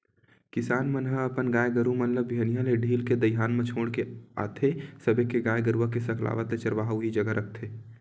किसान मन ह अपन गाय गरु मन ल बिहनिया ले ढील के दईहान म छोड़ के आथे सबे के गाय गरुवा के सकलावत ले चरवाहा उही जघा रखथे